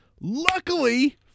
Luckily